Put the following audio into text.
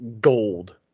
gold